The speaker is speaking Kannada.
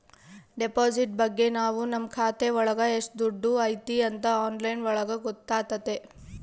ಡೆಪಾಸಿಟ್ ಬಗ್ಗೆ ನಾವ್ ನಮ್ ಖಾತೆ ಒಳಗ ಎಷ್ಟ್ ದುಡ್ಡು ಐತಿ ಅಂತ ಆನ್ಲೈನ್ ಒಳಗ ಗೊತ್ತಾತತೆ